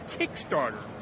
Kickstarter